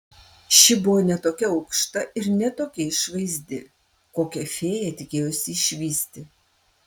ši buvo ne tokia aukšta ir ne tokia išvaizdi kokią fėja tikėjosi išvysti